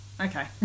okay